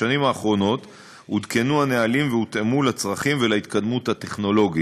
בשנים האחרונות עודכנו הנהלים והותאמו לצרכים ולהתקדמות הטכנולוגית,